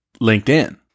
LinkedIn